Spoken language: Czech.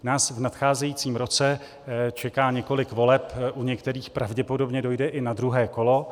Nás v nadcházejícím roce čeká několik voleb, u některých pravděpodobně dojde i na druhé kolo.